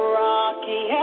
rocky